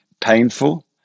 painful